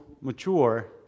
mature